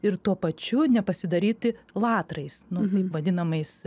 ir tuo pačiu nepasidaryti latrais nu vadinamais